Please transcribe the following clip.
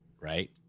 right